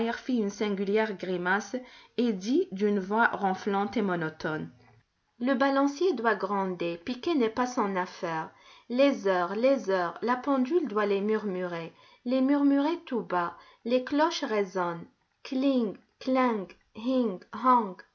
singulière grimace et dit d'une voix ronflante et monotone le balancier doit gronder piquer n'est pas son affaire les heures les heures la pendule doit les murmurer les murmurer tout bas les cloches résonnent kling klang